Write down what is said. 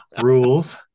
rules